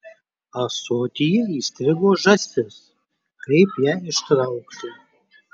ąsotyje įstrigo žąsis kaip ją ištraukti